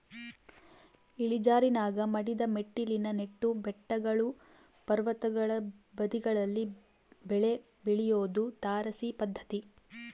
ಇಳಿಜಾರಿನಾಗ ಮಡಿದ ಮೆಟ್ಟಿಲಿನ ನೆಟ್ಟು ಬೆಟ್ಟಗಳು ಪರ್ವತಗಳ ಬದಿಗಳಲ್ಲಿ ಬೆಳೆ ಬೆಳಿಯೋದು ತಾರಸಿ ಪದ್ಧತಿ